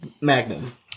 Magnum